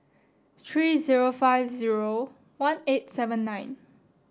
three zero five zero one eight seven nine